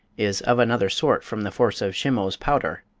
is of another sort from the force of shimose powder,